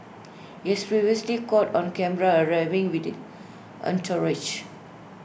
he has previously caught on camera arriving with the entourage